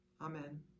Amen